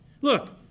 Look